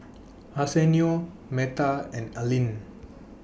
Arsenio Meta and Alleen